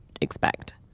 expect